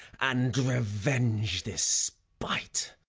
and revenge this spite.